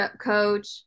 coach